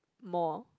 more